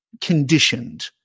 conditioned